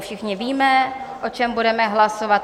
Všichni víme, o čem budeme hlasovat.